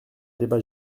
débat